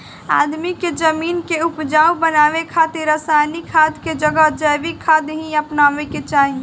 आदमी के जमीन के उपजाऊ बनावे खातिर रासायनिक खाद के जगह जैविक खाद ही अपनावे के चाही